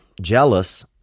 jealous